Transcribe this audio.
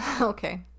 okay